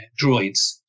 droids